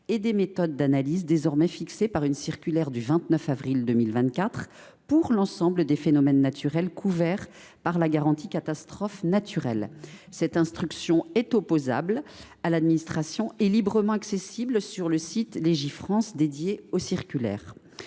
et des méthodes d’analyse fixés par une circulaire du 29 avril 2024 pour l’ensemble des phénomènes naturels couverts par la garantie catastrophe naturelle. Cette instruction est opposable à l’administration et librement consultable sur le site Légifrance où est recensé